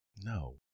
No